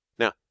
Now